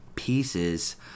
Pieces